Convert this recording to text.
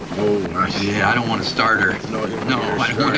oh i see. i don't wanna start her. no. you know